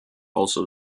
also